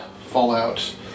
Fallout